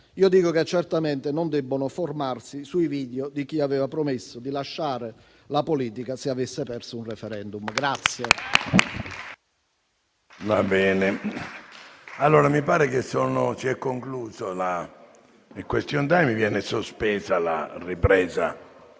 Io dico che certamente non devono formarsi sui video di chi aveva promesso di lasciare la politica se avesse perso un *referendum.*